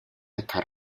estar